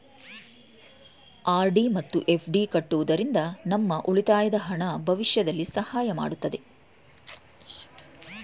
RD ಮತ್ತು FD ಕಟ್ಟುವುದರಿಂದ ನಮ್ಮ ಉಳಿತಾಯದ ಹಣ ಭವಿಷ್ಯದಲ್ಲಿ ಸಹಾಯ ಮಾಡುತ್ತೆ